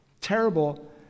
terrible